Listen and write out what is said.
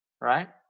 right